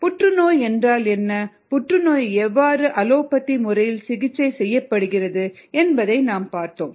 புற்றுநோய் என்றால் என்ன புற்றுநோயை எவ்வாறு அலோபதி முறையில் சிகிச்சை செய்யப்படுகிறது என்பதை நாம் பார்த்தோம்